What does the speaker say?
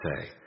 say